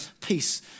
peace